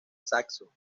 saxo